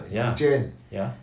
ya ya